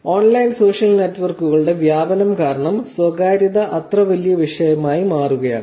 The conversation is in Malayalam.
ഓൺലൈൻ സോഷ്യൽ നെറ്റ്വർക്കുകളുടെ വ്യാപനം കാരണം സ്വകാര്യത അത്ര വലിയ വിഷയമായി മാറുകയാണ്